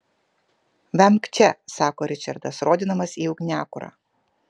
vemk čia sako ričardas rodydamas į ugniakurą